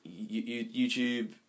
YouTube